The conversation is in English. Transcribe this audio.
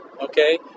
okay